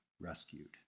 rescued